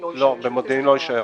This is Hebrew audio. במודיעין לא יישאר.